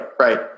right